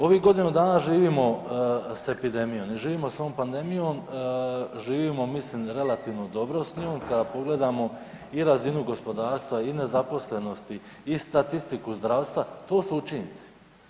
Ovih godinu dana živimo s epidemijom i živimo s ovom pandemijom, živimo mislim relativno dobro s njom, kad pogledamo i razinu gospodarstva i nezaposlenosti i statistiku zdravstva, to su učinci.